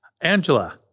Angela